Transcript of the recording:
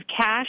cash